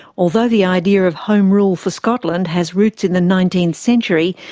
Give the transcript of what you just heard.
although the idea of home rule for scotland has roots in the nineteenth century,